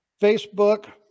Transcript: Facebook